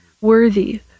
worthy